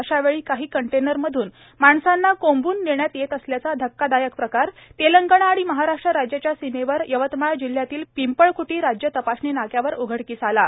अशा वेळी काही कंटेनर मधून माणसांना कोंबून नेण्यात येत असल्याचा धक्कादायक प्रकार तेलंगणा आणि महाराष्ट्र राज्याच्या सीमेवर यवतमाळ जिल्ह्यातील पिंपळख्टी राज्य तपासणी नाक्यावर उघडकीस आला आहे